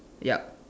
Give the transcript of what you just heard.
yup